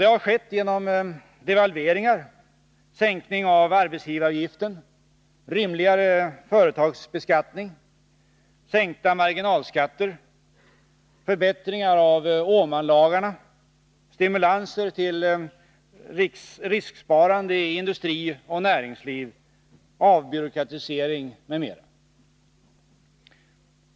Det har skett genom devalveringar, sänkning av arbetsgivaravgiften, rimligare företagsbeskattning, sänkta marginalskatter, förbättringar av Åmanlagarna, stimulanser till risksparande i industri och näringsliv, avbyråkratisering m.m.